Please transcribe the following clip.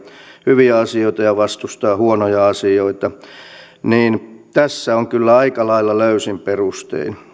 hyviä asioita ja vastustaa huonoja asioita tässä on kyllä aika lailla löysin perustein